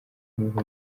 umuntu